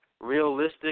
realistic